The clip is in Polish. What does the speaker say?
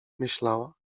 myślała